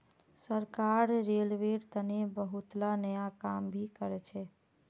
सरकार रेलवेर तने बहुतला नया काम भी करछ